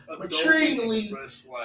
maturingly